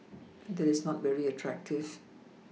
that is not very attractive